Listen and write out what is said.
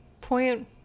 point